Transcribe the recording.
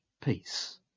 Peace